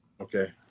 Okay